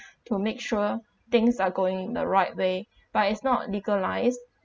to make sure things are going the right way but is not legalised